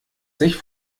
sich